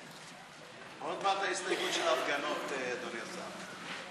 עוד מעט ההסתייגות של ההפגנות, אדוני השר.